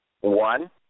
One